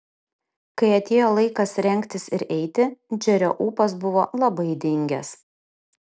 kai atėjo laikas rengtis ir eiti džerio ūpas buvo labai dingęs